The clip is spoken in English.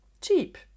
cheap